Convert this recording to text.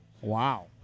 Wow